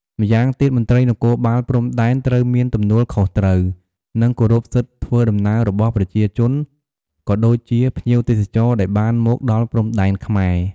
ម្យ៉ាងទៀតមន្រ្តីនគរបាលព្រំដែនត្រូវមានទំនួលខុសត្រូវ និងគោរពសិទ្ធិធ្វើដំណើររបស់ប្រជាជនក៏ដូចជា ភ្ញៀវទេសចរណ៍ដែលបានមកដល់ព្រំដែនខ្មែរ។